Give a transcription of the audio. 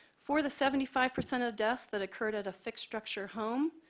for the seventy five percent of deaths that occurred at a fixed-structure home,